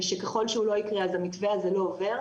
ושככל שהוא לא יקרה אז המתווה הזה לא עובר.